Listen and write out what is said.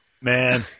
man